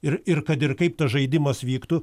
ir ir kad ir kaip tas žaidimas vyktų